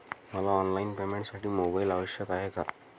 मला ऑनलाईन पेमेंटसाठी मोबाईल आवश्यक आहे का?